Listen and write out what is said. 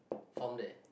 farm there